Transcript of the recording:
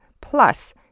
Plus